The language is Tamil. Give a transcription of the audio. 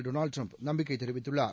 டொனாவ்ட் ட்ரம்ப் நம்பிக்கை தெரிவித்துள்ளார்